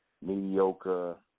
mediocre